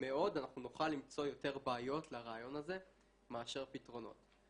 מאוד אנחנו נוכל למצוא יותר בעיות לרעיון הזה מאשר פתרונות.